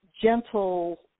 gentle